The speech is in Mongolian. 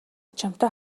чамтай